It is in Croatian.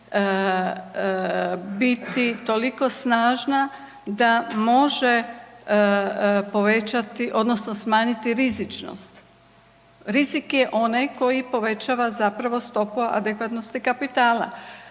biti toliko snažna da može povećati, odnosno smanjiti rizičnost. Rizik je onaj koji povećava zapravo stopu adekvatnosti kapitala.